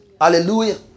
Hallelujah